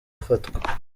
afatwa